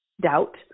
doubt